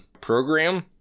program